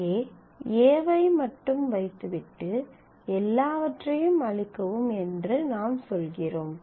இங்கே a வை மட்டும் வைத்து விட்டு எல்லாவற்றையும் அழிக்கவும் என்று நாம் சொல்கிறோம்